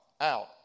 out